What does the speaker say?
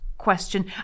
question